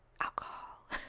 Alcohol